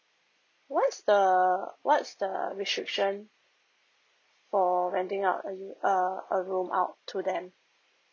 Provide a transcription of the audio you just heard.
what's the what's the restriction for renting out a a a room out to them